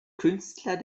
künstler